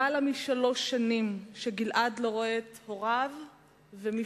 למעלה משלוש שנים שגלעד לא רואה את הוריו ומשפחתו,